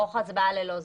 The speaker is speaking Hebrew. ונערוך הצבעה ללא זה.